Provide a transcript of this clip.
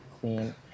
clean